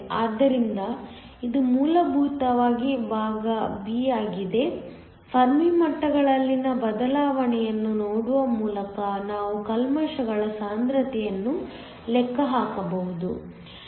ಆದ್ದರಿಂದ ಇದು ಮೂಲಭೂತವಾಗಿ ಭಾಗ B ಆಗಿದೆ ಫರ್ಮಿ ಮಟ್ಟಗಳಲ್ಲಿನ ಬದಲಾವಣೆಯನ್ನು ನೋಡುವ ಮೂಲಕ ನಾವು ಕಲ್ಮಶಗಳ ಸಾಂದ್ರತೆಯನ್ನು ಲೆಕ್ಕ ಹಾಕಬಹುದು